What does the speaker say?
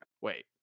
wait